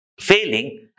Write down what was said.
failing